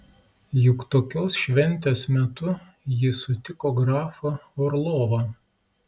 juk tokios šventės metu ji sutiko grafą orlovą